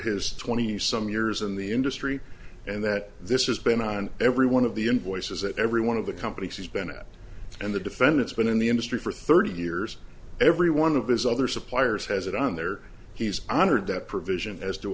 his twenty some years in the industry and that this has been on every one of the invoices at every one of the companies he's been at and the defendant's been in the industry for thirty years every one of his other suppliers has it on there he's honored that provision as do